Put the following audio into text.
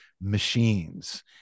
machines